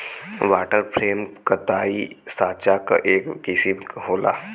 water frame कताई साँचा क एक किसिम होला